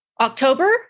October